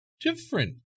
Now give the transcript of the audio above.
different